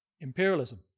imperialism